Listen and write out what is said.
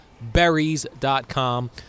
berries.com